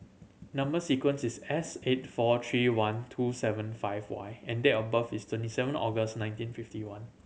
number sequence is S eight four three one two seven five Y and date of birth is twenty seven August nineteen fifty one